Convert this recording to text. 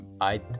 I-